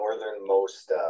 northernmost